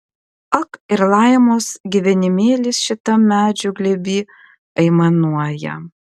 ak ir laimos gyvenimėlis šitam medžių glėby aimanuoja